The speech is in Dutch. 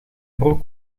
broek